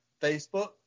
Facebook